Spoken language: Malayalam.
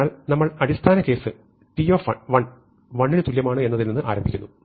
അതിനാൽ നമ്മൾ അടിസ്ഥാന കേസ് t 1 ന് തുല്യമാണ് എന്നതിൽ നിന്ന് ആരംഭിക്കുന്നു